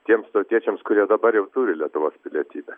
tiems tautiečiams kurie dabar jau turi lietuvos pilietybę